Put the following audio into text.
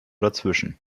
dazwischen